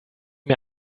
mir